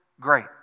great